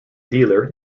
dealer